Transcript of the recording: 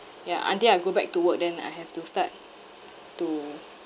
ya until I go back to work then I have to start to